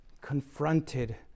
confronted